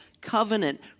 covenant